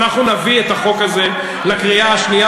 אנחנו נביא את החוק הזה לקריאה השנייה